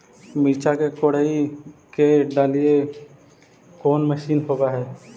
मिरचा के कोड़ई के डालीय कोन मशीन होबहय?